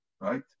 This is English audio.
right